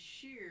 sheer